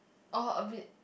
oh a bit